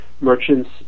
merchants